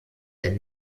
der